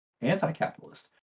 anti-capitalist